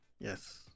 Yes